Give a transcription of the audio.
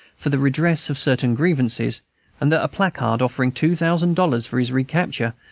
for the redress of certain grievances and that a placard, offering two thousand dollars for his recapture,